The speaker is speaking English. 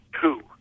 two